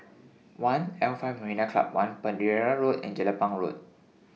one'L five Marina Club one Pereira Road and Jelapang Road